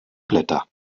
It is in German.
blätter